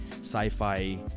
sci-fi